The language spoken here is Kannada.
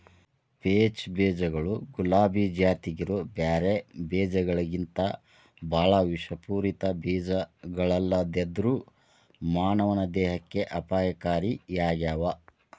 ಪೇಚ್ ಬೇಜಗಳು ಗುಲಾಬಿ ಜಾತ್ಯಾಗಿರೋ ಬ್ಯಾರೆ ಬೇಜಗಳಿಗಿಂತಬಾಳ ವಿಷಪೂರಿತ ಬೇಜಗಳಲ್ಲದೆದ್ರು ಮಾನವನ ದೇಹಕ್ಕೆ ಅಪಾಯಕಾರಿಯಾಗ್ಯಾವ